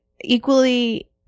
equally –